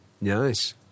Nice